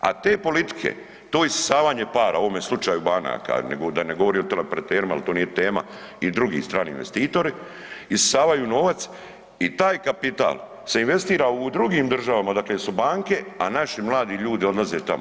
A te politike, to isisavanje para u ovome slučaju banaka, da ne govorim o teleoperaterima jer to nije tema i drugi strani investitori, isisavaju novac i taj kapital se investira u drugim državama odakle su banke, a naši mladi ljudi odlaze tamo.